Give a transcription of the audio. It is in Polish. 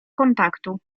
kontaktu